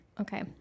Okay